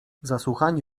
zasłuchani